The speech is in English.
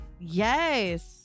Yes